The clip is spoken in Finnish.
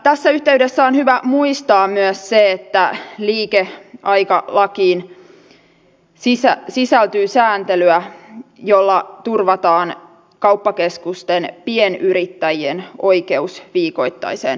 tässä yhteydessä on hyvä muistaa myös se että liikeaikalakiin sisältyy sääntelyä jolla turvataan kauppakeskusten pienyrittäjien oikeus viikoittaiseen vapaapäivään